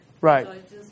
Right